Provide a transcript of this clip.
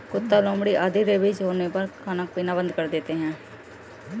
कुत्ता, लोमड़ी आदि रेबीज होने पर खाना पीना बंद कर देते हैं